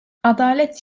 adalet